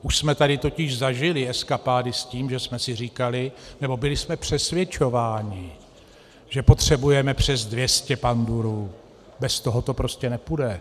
Už jsme tady totiž zažili eskapády s tím, že jsme si říkali nebo byli jsme přesvědčováni, že potřebujeme přes 200 pandurů, bez toho to prostě nepůjde.